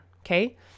Okay